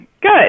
Good